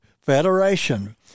Federation